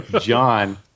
John